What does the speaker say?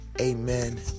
Amen